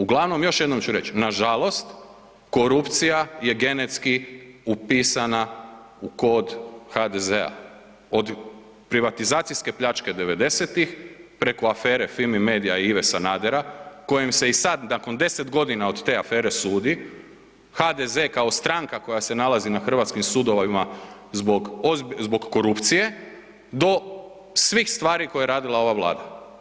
Uglavnom, još jednom ću reći, nažalost korupcija je genetski upisana u kod HDZ-a, od privatizacijske pljačke 90-ih, preko afere FIMI Medija Ive Sanadera, kojem se i sad nakon 10 godina od te afere sudi, HDZ kao stranka koja se nalazi na hrvatskim sudovima zbog korupcije, do svih stvari koje je radila ova Vlada.